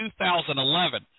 2011